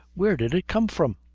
where did it come from?